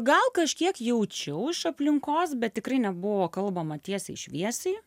gal kažkiek jaučiau iš aplinkos bet tikrai nebuvo kalbama tiesiai šviesiai